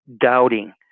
doubting